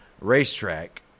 racetrack